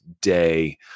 day